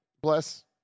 bless